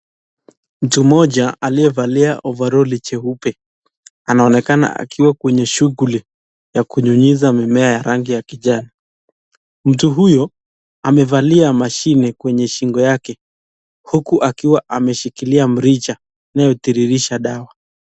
Mtu mmoja aliyevalia ovaroli jeupe anaonekana akiwa kwenye shughuli ya kunyunyiza mimea ya rangi ya kijani. Mtu huyo amevalia mashine kwenye shingo yake huku akiwa ameshikilia mrija unaotiririsha dawa.